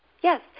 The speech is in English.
yes